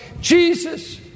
Jesus